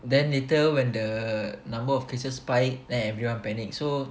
then later when the number of cases spike then everyone panic so